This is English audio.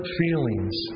feelings